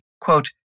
quote